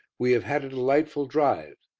we have had a delightful drive.